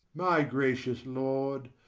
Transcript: my gracious lord,